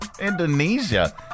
Indonesia